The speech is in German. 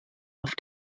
auf